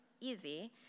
easy